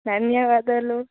ధన్యవాదాలు